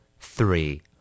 Three